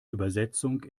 übersetzung